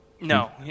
No